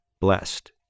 blessed